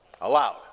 Allowed